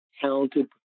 talented